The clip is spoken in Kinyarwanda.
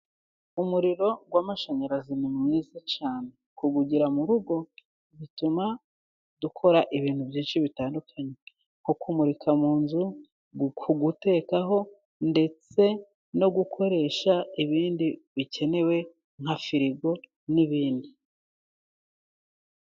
Umuriro w'amashanyarazi ni mwiza cyane. Kuwugira murugo bituma dukora ibintu byinshi bitandukanye nko kumurika mu nzu, ku wutekaho ndetse no gukoresha ibindi bikenewe nka firigo n'ibindi.